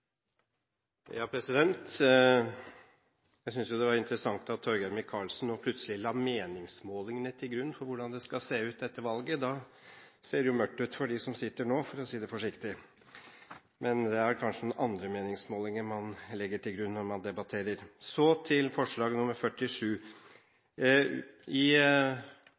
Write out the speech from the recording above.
Jeg syntes jo det var interessant at Torgeir Micaelsen nå plutselig la meningsmålingene til grunn for hvordan det skal se ut etter valget. Da ser det jo mørkt ut for dem som sitter nå, for å si det forsiktig. Men det er vel kanskje noen andre meningsmålinger man legger til grunn når man debatterer. Så til forslag nr. 47. I